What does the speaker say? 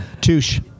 Touche